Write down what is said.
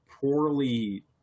poorly